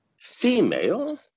female